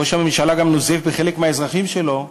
ראש הממשלה גם נוזף בחלק מהאזרחים שלו,